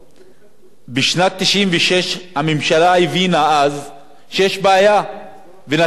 בשנת 1996 הממשלה הבינה שיש בעיה והביאה הוראת שעה